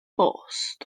bost